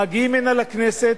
מגיעים הנה לכנסת,